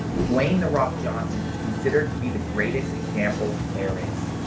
dwayne the rock johnson is considered to be the greatest example there is.